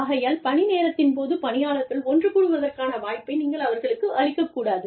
ஆகையால் பணி நேரத்தின் போது பணியாளர்கள் ஒன்று கூடுவதற்கான வாய்ப்பை நீங்கள் அவர்களுக்கு அளிக்கக் கூடாது